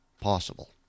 possible